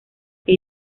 que